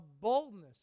boldness